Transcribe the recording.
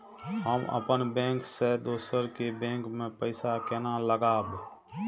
हम अपन बैंक से दोसर के बैंक में पैसा केना लगाव?